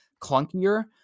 clunkier